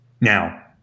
now